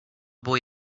boy